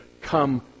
come